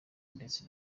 ndetse